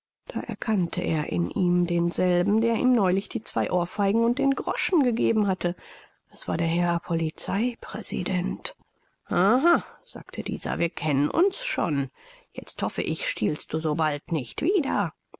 da erkannte er in ihm denselben der ihm neulich die zwei ohrfeigen und den groschen gegeben hatte es war der herr polizei präsident aha sagte dieser wir kennen uns schon jetzt hoffe ich stiehlst du so bald nicht wieder